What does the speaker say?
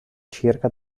circa